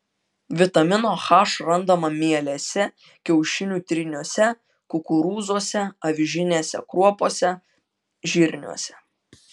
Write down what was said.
vitamino h randama mielėse kiaušinių tryniuose kukurūzuose avižinėse kruopose žirniuose